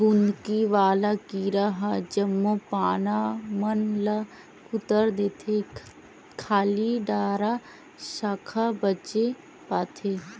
बुंदकी वाला कीरा ह जम्मो पाना मन ल कुतर देथे खाली डारा साखा बचे पाथे